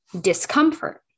discomfort